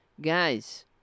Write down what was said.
Guys